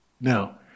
Now